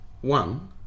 one